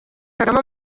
kagame